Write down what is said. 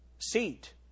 seat